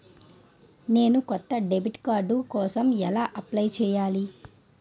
నేను కొత్త debit card కోసం ఎలా అప్లయ్ చేయాలి?